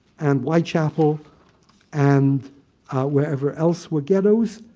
and whitechapel and wherever else were ghettos,